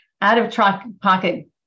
out-of-pocket